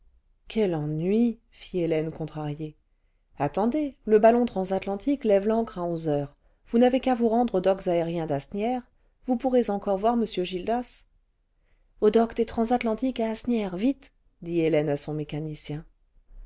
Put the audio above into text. quel ennui fit hélène contrariée attendez le ballon transatlantique lève l'ancre à onze heures vous n'avez qu'à vous rendre aux docks aériens cl'asnières vous pourrez encore voir m gildas aux doeks des transatlantiques à asnières vite dit hélène à son mécanicien